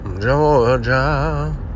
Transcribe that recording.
Georgia